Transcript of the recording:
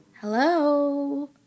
Hello